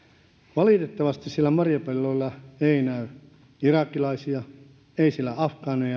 valitettavasti siellä marjapelloilla ei näy irakilaisia ei siellä afgaaneja